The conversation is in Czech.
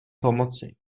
pomoci